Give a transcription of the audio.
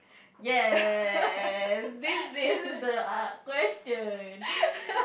yes this is the question